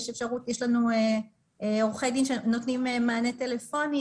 יש לנו עורכי דין שאנחנו נותנים מענה טלפוני,